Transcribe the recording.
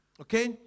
okay